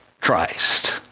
Christ